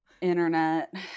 internet